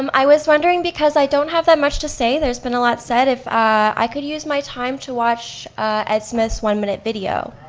um i was wondering because i don't have that much to say, there's been a lot said, if i could use my time to watch ed smith's one minute video.